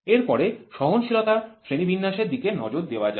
এর পরে সহনশীলতার শ্রেণিবিন্যাসের দিকে নজর দেওয়া যাক